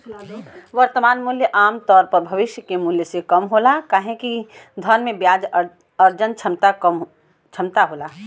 वर्तमान मूल्य आमतौर पर भविष्य के मूल्य से कम होला काहे कि धन में ब्याज अर्जन क्षमता होला